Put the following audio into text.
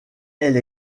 elle